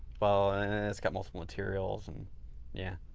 well it's got multiple materials and yeah,